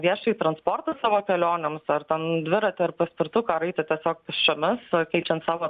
viešąjį transportą savo kelionėms ar ten dviratį ar paspirtuką ar eiti tiesiog pėsčiomis keičiant savo